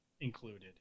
included